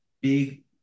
big